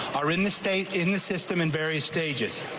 or in the state in the system in various stages.